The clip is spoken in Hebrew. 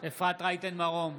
אפרת רייטן מרום,